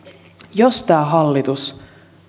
jos tämä hallitus